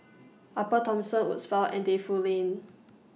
Upper Thomson Woodsville and Defu Lane